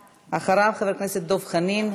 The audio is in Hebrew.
אחריו, חבר הכנסת דב חנין.